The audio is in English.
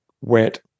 wet